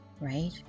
right